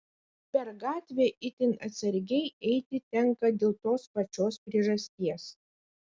per gatvę itin atsargiai eiti tenka dėl tos pačios priežasties